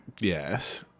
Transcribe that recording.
Yes